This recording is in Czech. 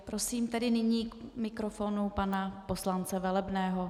Prosím nyní k mikrofonu pana poslance Velebného.